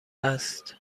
است